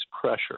pressure